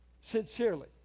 sincerely